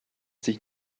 sich